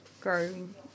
growing